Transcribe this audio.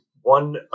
one